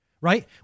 right